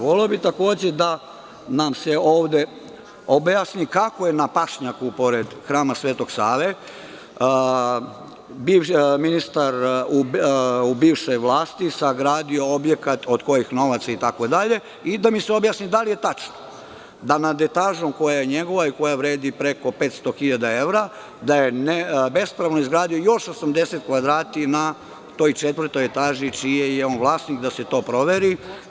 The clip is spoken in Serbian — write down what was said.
Voleo bih, takođe, da nam se ovde objasni kako je na pašnjaku pored Hrama svetog Save ministar u bivšoj vlasti sagradio objekat, od kojih to novaca itd. i da mi se objasni da li je tačno da na nad etažom koja je njegova i koja vredi preko 500 hiljada evra, da je neko bespravno izgradio još 80 kvadrata na toj četvrtoj etaži čiji je on vlasnik, da se to proveri.